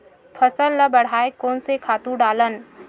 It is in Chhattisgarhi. फसल ल बढ़ाय कोन से खातु डालन?